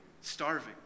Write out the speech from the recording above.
starving